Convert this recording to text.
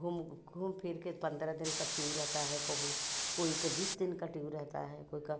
घूम घूम फिर के पन्द्रह दिन का टूर रहता है कहूँ कोई के बीस दिन का टूर रहता है कोई का